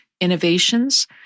innovations